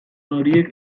horiek